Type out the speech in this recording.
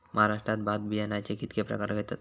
महाराष्ट्रात भात बियाण्याचे कीतके प्रकार घेतत?